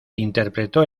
interpretó